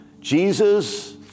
Jesus